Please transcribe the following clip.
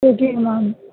ஓகேங்க மேம்